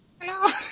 Hello